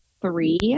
three